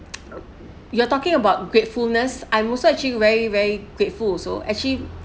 you're talking about gratefulness I'm also actually very very grateful also actually